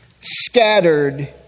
scattered